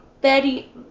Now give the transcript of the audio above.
Betty